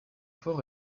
fort